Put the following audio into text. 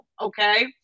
Okay